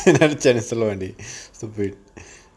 நினைச்சேன் நீ சொல்லுவேன்னு:ninachen nee solluvennu